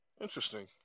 Interesting